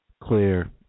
clear